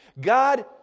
God